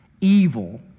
evil